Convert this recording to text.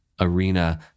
arena